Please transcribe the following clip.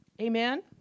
Amen